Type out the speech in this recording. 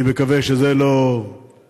אני מקווה שזה לא מייצג